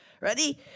Ready